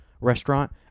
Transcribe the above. restaurant